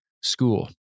school